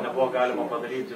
nebuvo galima padaryti